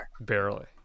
Barely